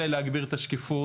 זה להגביר את השקיפות,